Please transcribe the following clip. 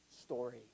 story